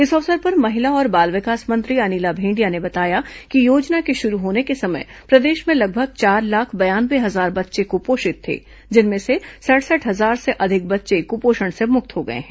इस अवसर पर महिला और बाल विकास मंत्री अनिला भेंड़िया ने बताया कि योजना के शुरू होने के समय प्रदेश में लगभग चार लाख बयानवे हजार बच्चे क्पोषित थे जिनमें से सड़सठ हजार से अधिक बच्चे क्पोषण से मुक्त हो गए हैं